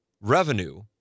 revenue